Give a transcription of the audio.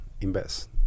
invest